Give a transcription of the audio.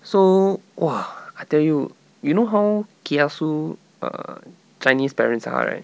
so !wah! I tell you you know how kiasu err chinese parents are right